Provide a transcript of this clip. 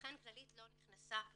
ולכן כללית לא נכנסה ל"משחק"